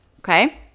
okay